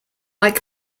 like